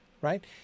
right